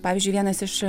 pavyzdžiui vienas iš